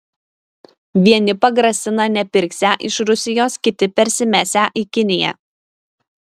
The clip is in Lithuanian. vieni pagrasina nepirksią iš rusijos kiti persimesią į kiniją